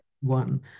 one